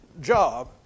job